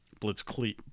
Blitzkrieg